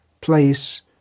place